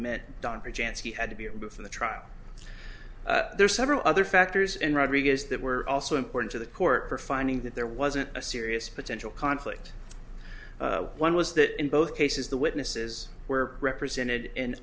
meant dunford chance he had to be removed from the trial there are several other factors in rodriguez that were also important to the court for finding that there wasn't a serious potential conflict one was that in both cases the witnesses were represented in